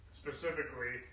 specifically